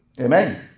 Amen